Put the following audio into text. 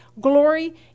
glory